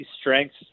strengths